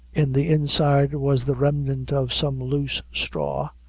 in the inside was the remnant of some loose straw,